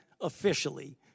officially